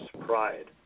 pride